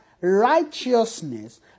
righteousness